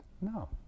No